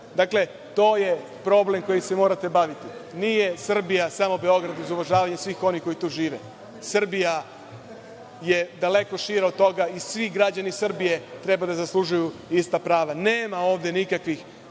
Dakle, to je problem kojim se morate baviti. Nije Srbija samo Beograd, uz uvažavanje svih onih koji tu žive. Srbija je daleko šira od toga i svi građani Srbije treba da zaslužuju ista prava. Nema ovde nikakvih